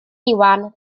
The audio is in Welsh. iwan